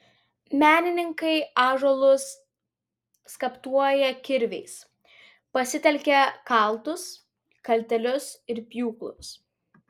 menininkai ąžuolus skaptuoja kirviais pasitelkia kaltus kaltelius ir pjūklus